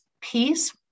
peace